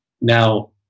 Now